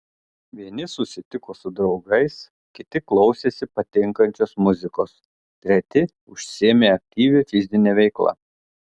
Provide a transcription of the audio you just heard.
vieni susitiko su draugais kiti klausėsi patinkančios muzikos treti užsiėmė aktyvia fizine veikla